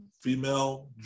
female